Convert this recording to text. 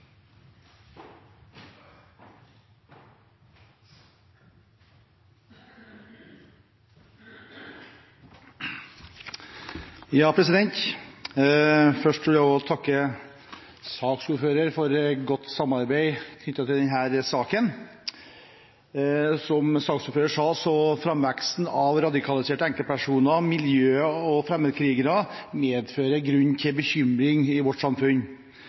Først vil jeg takke saksordføreren for godt samarbeid i denne saken. Som saksordføreren sa, medfører framveksten av radikaliserte enkeltpersoner, miljøer og fremmedkrigere grunn til bekymring i vårt samfunn.